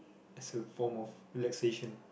as a form of relaxation